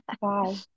bye